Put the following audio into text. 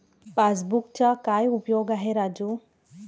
पासबुकचा काय उपयोग आहे राजू?